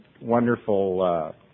wonderful